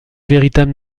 véritable